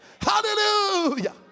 Hallelujah